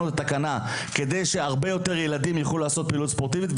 על מנת שכמה שיותר ילדים במדינת ישראל יוכלו להשתתף בפעילות ספורטיבית.